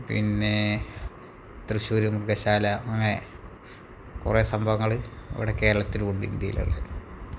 പിന്നെ തൃശ്ശൂര് മൃഗശാല അങ്ങനെ കുറേ സംഭവങ്ങള് ഇവിടെ കേരളത്തിലുണ്ട് ഇന്ത്യയിലുള്ള